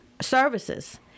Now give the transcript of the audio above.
services